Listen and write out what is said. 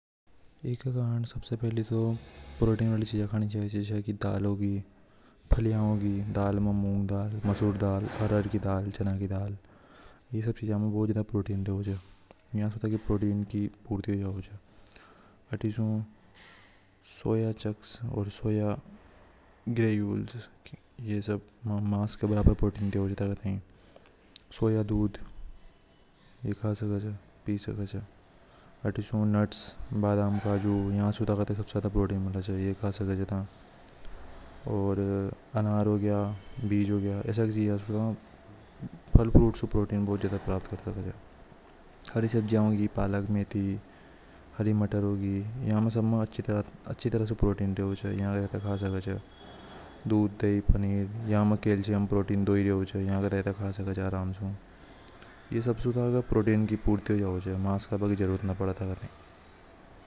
﻿सबसे पहले तो प्रोटीन वाली चीज खानी चाहिए। दाल होगी फली होगी दाल में मूंग दाल मसूर दाल अरहर की दाल चना की दाल यह सब चीज प्रोटीन की पूर्ति होवे सोया चक्ष ग्रैजुएल्स यह सब मांस के बराबर प्रोटीन देवे छ थाई की वजह करते हैं। सोया दूध पी सकते हैं। नट्स बादाम काजू यहां से सबसे ज्यादा प्रोटीन मिले चाहिए और अनार हो गया बीज हो गया आशय की चीजा से प्रोटीन बहुत प्राप्त कर सके छ। ओर हरि सब्जी होगी पालक मेथी हरि मटर होगी इनमें अच्छी तरह से प्रोटीन होता है एमे दूध दही पनीर य में कैल्शियम प्रोटीन की पूर्ति हो जाए जिसे थाई मांस काबा की भी जरूरत ना पड़े।